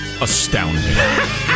astounding